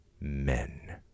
Men